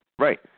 Right